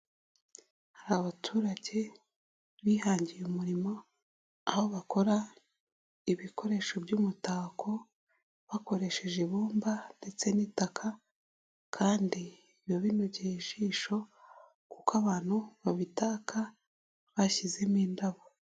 Hari abaturage bihangiye umurimo aho bakora ibikoresho by'umutako bakoresheje ibumba ndetse n'itaka kandi biba binogeye ijisho kuko abantu babitaka bashyizemo indabo.